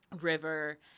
River